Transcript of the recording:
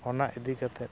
ᱚᱱᱟ ᱤᱫᱤ ᱠᱟᱛᱮᱫ